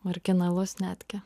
originalus netgi